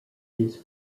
his